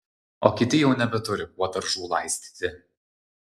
o kiti jau nebeturi kuo daržų laistyti